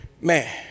Man